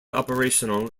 operational